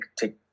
take